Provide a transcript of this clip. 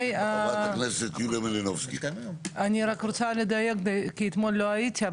אני רק רוצה לדייק כי אתמול לא הייתי.